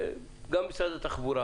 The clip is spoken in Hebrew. גם משרד התחבורה